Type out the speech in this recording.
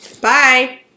Bye